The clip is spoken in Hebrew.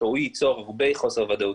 הוא ייצור הרבה חוסר ודאות,